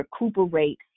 recuperate